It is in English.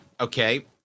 Okay